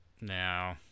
No